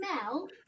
smell